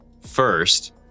first